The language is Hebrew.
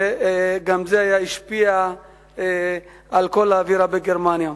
וגם זה השפיע על כל האווירה בגרמניה.